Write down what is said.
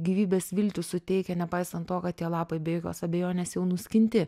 gyvybės viltį suteikia nepaisant to kad tie lapai be jokios abejonės jau nuskinti